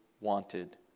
wanted